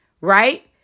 right